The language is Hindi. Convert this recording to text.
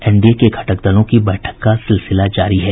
एनडीए के घटक दलों की बैठक का सिलसिला जारी है